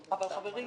הוא מבוגר מאוד.